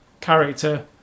character